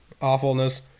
awfulness